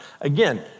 Again